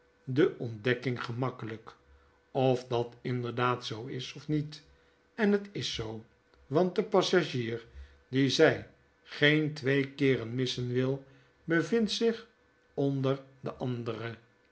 de ontdekking gemakkelyk of dat inderdaad zoo is of niet en het is zoo want de passagier dien zy geen twee keeren missen wil bevindt zich onder de andere